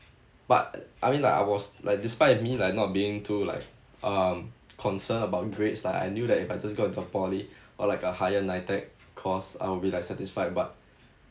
but I mean like I was like despite me like not being too like um concerned about grades like I knew that if I just got into a poly or like a higher nitec course I'll be like satisfied but